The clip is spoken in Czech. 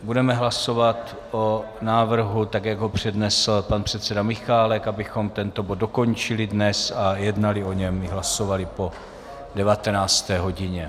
Budeme hlasovat o návrhu, tak jak ho přednesl pan předseda Michálek, abychom tento bod dokončili dnes a jednali o něm i hlasovali po 19. hodině.